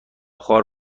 خوار